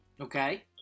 okay